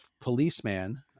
policeman